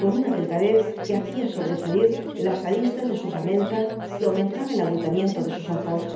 con una delgadez que hacía sobresalir las aristas de su osamenta y aumentaba el abultamiento de sus ojos